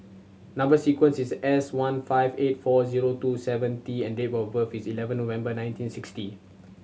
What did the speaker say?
number sequence is S one five eight four zero two seven T and date of birth is eleven November nineteen sixty